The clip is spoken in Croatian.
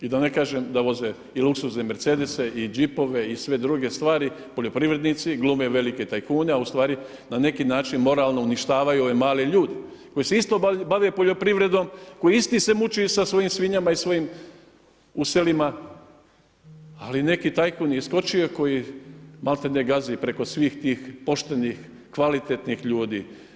I da ne kažem da voze i luksuzne mercedese i đipove i sve druge stvari, poljoprivrednici, glume velike tajkune a ustvari na neki način moralno uništavaju ove male ljude koji se isto bave poljoprivredom, koji isto se muči sa svojim svinjama i svojim u selima ali neki tajkun je iskočio koji maltene gazi preko svih tih poštenih, kvalitetnih ljudi.